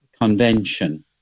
Convention